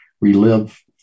relive